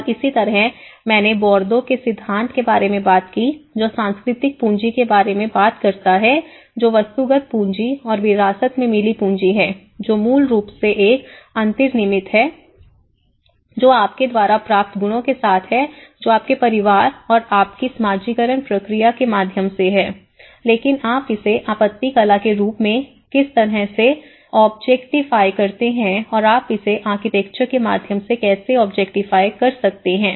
और इसी तरह मैंने बोर्दो के सिद्धांत के बारे में बात की जो सांस्कृतिक पूंजी के बारे में बात करता है जो वस्तुगत पूंजी और विरासत में मिली पूंजी है जो मूल रूप से एक अंतर्निर्मित है जो आपके द्वारा प्राप्त गुणों के साथ है जो आपके परिवार और आपकी समाजीकरण प्रक्रिया के माध्यम से है लेकिन आप इसे आपत्ति कला के रूप में किस तरह से ऑब्जेक्टिफाई करते हैं और आप इसे आर्किटेक्चर के माध्यम से कैसे ऑब्जेक्टिफाई कर सकते हैं